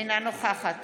אינה נוכחת